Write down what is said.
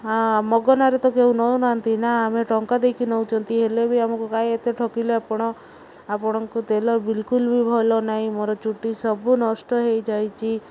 ଆ ମଗନାରେ ତ କେଉ ନେଉନାହାନ୍ତି ନା ଆମେ ଟଙ୍କା ଦେଇକି ନେଉଛନ୍ତି ହେଲେ ବି ଆମକୁ କାଁ ଏତେ ଠକିଲେ ଆପଣ ଆପଣଙ୍କୁ ତେଲର ବିଲକୁଲ ବି ଭଲ ନାହିଁ ମୋର ଚୁଟି ସବୁ ନଷ୍ଟ ହେଇଯାଇଛି